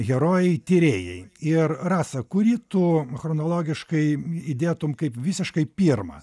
herojai tyrėjai ir rasa kurį tu chronologiškai įdėtum kaip visiškai pirmą